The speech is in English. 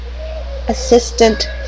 assistant